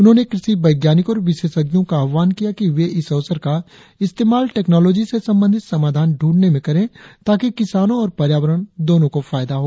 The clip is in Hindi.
उन्होंने कृषि वैज्ञानिकों और विशेषज्ञों का आह्वान किया कि वे इस अवसर का इस्तेमाल टैक्नालोजी से संबंधित समाधान ढूंढने में करे ताकि किसानों और पर्यावरण दोनों को फायदा हो